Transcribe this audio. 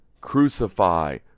Crucify